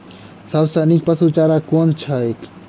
सबसँ नीक पशुचारा कुन छैक?